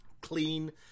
clean